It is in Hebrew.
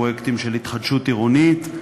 פרויקטים של התחדשות עירונית,